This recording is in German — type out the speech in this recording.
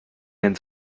den